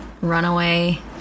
runaway